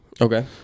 Okay